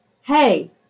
hey